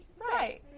Right